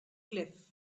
cliff